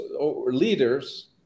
leaders